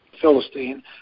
Philistine